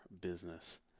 business